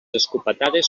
escopetades